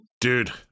dude